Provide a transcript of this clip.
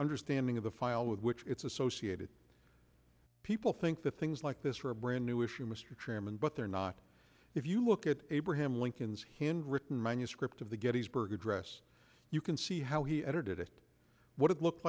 understanding of the file with which it's associated people think the things like this for a brand new issue mr chairman but they're not if you look at abraham lincoln's handwritten manuscript of the gettysburg address you can see how he edited it what it looked